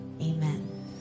Amen